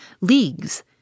leagues